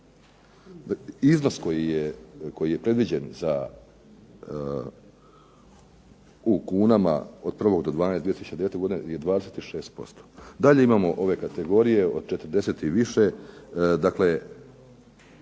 iznos koji je predviđen u kunama od 1. 12. 2009. je 26%. Dalje imamo ove kategorije od 40 i više. Dakle,